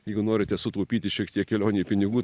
jeigu norite sutaupyti šiek tiek kelionei pinigų